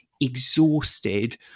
exhausted